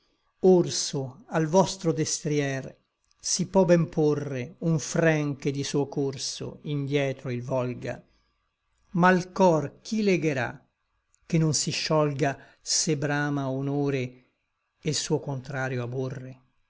orso al vostro destrier si pò ben porre un fren che di suo corso indietro il volga ma l cor chi legherà che non si sciolga se brama honore e l suo contrario abhorre